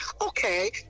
Okay